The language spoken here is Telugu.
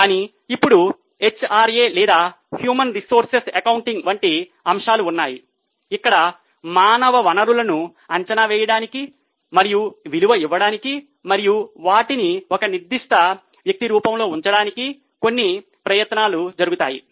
కానీ ఇప్పుడు హెచ్ఆర్ఏ లేదా హ్యూమన్ రిసోర్స్ అకౌంటింగ్ వంటి అంశాలు ఉన్నాయి ఇక్కడ మానవ వనరులను అంచనా వేయడానికి మరియు విలువ ఇవ్వడానికి మరియు వాటిని ఒక నిర్దిష్ట వ్యక్తి రూపంలో ఉంచడానికి కొన్ని ప్రయత్నాలు జరుగుతాయి